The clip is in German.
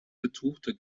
betuchte